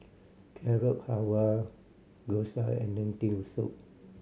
Carrot Halwa Gyoza and Lentil Soup